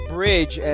Bridge